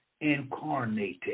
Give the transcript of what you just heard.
incarnated